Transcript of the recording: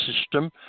system